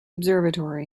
observatory